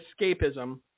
escapism